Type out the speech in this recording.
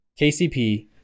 KCP